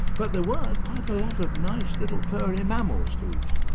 but there were quite a lot of nice little furry mammals to eat.